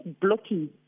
blocking